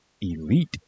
elite